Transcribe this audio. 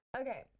Okay